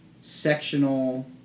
sectional